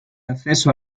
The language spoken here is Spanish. acceso